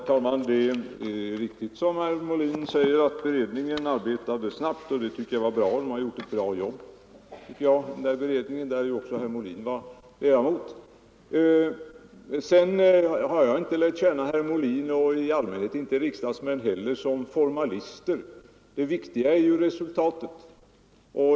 Tisdagen den Herr talman! Det är riktigt som herr Molin säger att beredningen arbetat 29 oktober 1974 snabbt. Jag tycker att beredningen, där även herr Molin var ledamot, har gjort ett bra jobb. Om information Jag har inte lärt känna herr Molin eller riksdagsmän i allmänhet som angående U 68 formalister; det viktiga är ju resultatet.